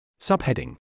Subheading